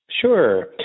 Sure